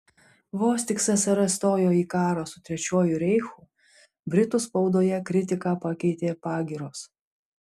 vos tik ssrs stojo į karą su trečiuoju reichu britų spaudoje kritiką pakeitė pagyros